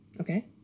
Okay